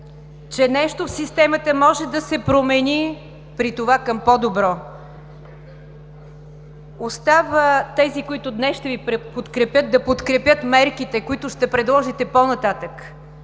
че нещо в системата може да се промени при това към по-добро. Остава тези, които днес ще Ви подкрепят, да подкрепят мерките, които ще предложите по-нататък